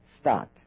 start